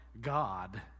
God